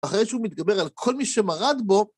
אחרי שהוא מתגבר על כל מי שמרד בו,